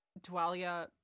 Dwalia